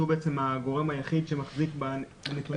שהוא הגורם היחיד שמחזיק בנתונים.